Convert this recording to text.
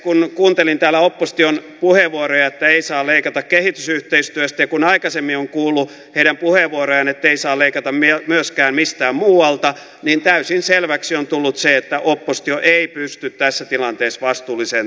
kun kuuntelin täällä opposition puheenvuoroja että ei saa leikata kehitysyhteistyöstä ja kun aikaisemmin olen kuullut heidän puheenvuorojaan että ei saa leikata myöskään mistään muualta niin täysin selväksi on tullut se että oppositio ei pysty tässä tilanteessa vastuulliseen talouspolitiikkaan